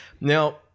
Now